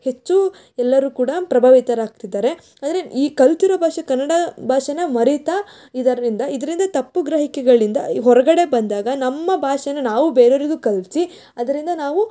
ಹೆಚ್ಚು ಎಲ್ಲರೂ ಕೂಡ ಪ್ರಭಾವಿತರಾಗ್ತಿದ್ದಾರೆ ಆದರೆ ಈ ಕಲ್ತಿರೋ ಭಾಷೆ ಕನ್ನಡ ಭಾಷೆನ ಮರಿತಾ ಇದರಿಂದ ಇದರಿಂದ ತಪ್ಪು ಗ್ರಹಿಕೆಗಳಿಂದ ಈ ಹೊರಗಡೆ ಬಂದಾಗ ನಮ್ಮ ಭಾಷೆನ ನಾವು ಬೇರೆಯವರಿಗೂ ಕಲಿಸಿ ಅದರಿಂದ ನಾವು